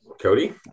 Cody